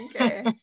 okay